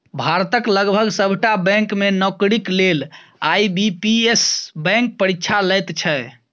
भारतक लगभग सभटा बैंक मे नौकरीक लेल आई.बी.पी.एस बैंक परीक्षा लैत छै